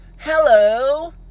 Hello